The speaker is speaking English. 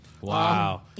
Wow